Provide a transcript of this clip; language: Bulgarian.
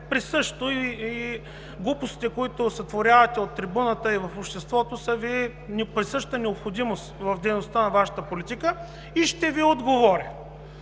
присъщо и глупостите, които сътворявате от трибуната и в обществото, са Ви неприсъща необходимост в дейността на Вашата политика и ще Ви отговоря.